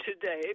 today